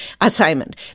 assignment